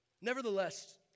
Nevertheless